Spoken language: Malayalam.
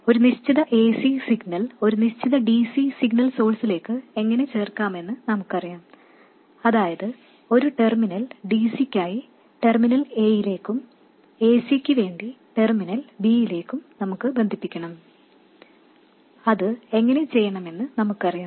ഒരു നിശ്ചിത ac സിഗ്നൽ ഒരു നിശ്ചിത dc സിഗ്നൽ സോഴ്സിലേക്ക് എങ്ങനെ ചേർക്കാമെന്ന് നമുക്കറിയാം അതായത് ഒരു ടെർമിനൽ dcക്കായി ടെർമിനൽ A യിലും acക്ക് വേണ്ടി ടെർമിനൽ B യിലും നമുക്ക് ബന്ധിപ്പിക്കണം അത് എങ്ങനെ ചെയ്യണമെന്ന് നമുക്കറിയാം